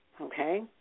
okay